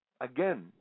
again